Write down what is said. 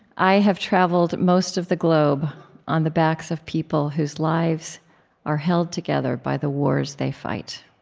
i have traveled most of the globe on the backs of people whose lives are held together by the wars they fight.